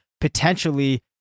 potentially